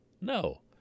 No